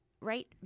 right